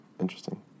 interesting